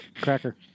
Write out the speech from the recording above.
Cracker